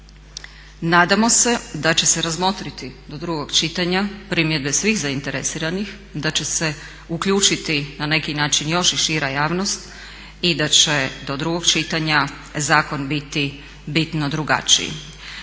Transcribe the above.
Nadamo se da će se razmotriti do drugog čitanje primjedbe svih zainteresiranih da će se uključiti na neki način još i šira javnost i da će do drugog čitanja zakon biti bitno drugačiji.